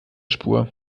spur